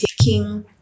taking